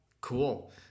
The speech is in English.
Cool